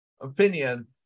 opinion